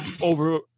over